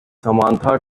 samantha